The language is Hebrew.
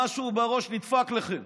משהו בראש נדפק לכם,